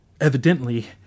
Evidently